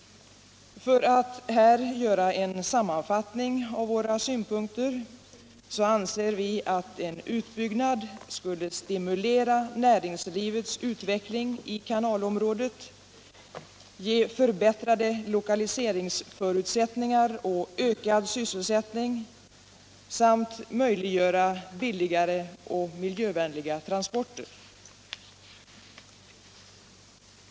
För att här göra en sammanfattning av våra synpunkter anser vi att en utbyggnad skulle stimulera näringslivets utveckling i kanalområdet, ge förbättrade lokaliseringsförutsättningar och ökad sysselsättning samt möjliggöra billiga och miljövänliga transporter.